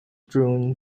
june